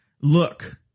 look